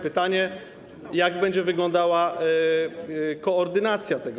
Pytanie: Jak będzie wyglądała koordynacja tego?